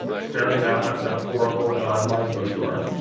staring down that metaphorical anonymized bookstore,